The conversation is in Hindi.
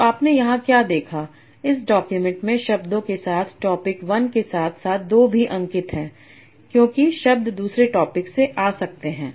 तो आपने यहां क्या देखा इस डॉक्यूमेंट में शब्दों के साथ टॉपिक 1 के साथ साथ 2 भी अंकित हैं क्योंकि शब्द दूसरे टॉपिक से आ सकते हैं